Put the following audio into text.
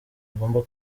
agomba